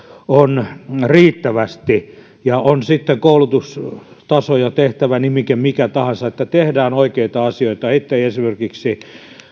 on riittävästi ja että on sitten koulutustaso ja tehtävänimike mikä tahansa tehdään oikeita asioita etteivät esimerkiksi